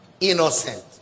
Innocent